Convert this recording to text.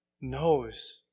knows